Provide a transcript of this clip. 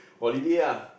holiday ah